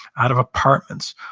out of apartments,